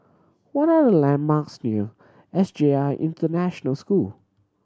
what are the landmarks near S J I International School